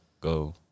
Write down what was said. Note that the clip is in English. go